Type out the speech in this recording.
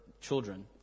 children